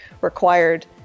required